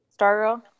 Stargirl